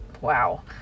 wow